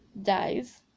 dies